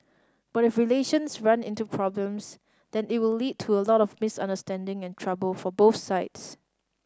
but if relations run into problems then it will lead to a lot of misunderstanding and trouble for both sides